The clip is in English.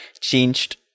changed